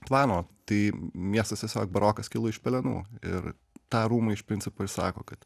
tvano tai miestas tiesiog barokas kilo iš pelenų ir tą rūmai iš principai ir sako kad